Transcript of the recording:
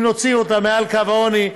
אם נוציא אותם מעל קו העוני,